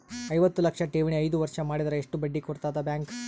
ಐವತ್ತು ಲಕ್ಷ ಠೇವಣಿ ಐದು ವರ್ಷ ಮಾಡಿದರ ಎಷ್ಟ ಬಡ್ಡಿ ಕೊಡತದ ಬ್ಯಾಂಕ್?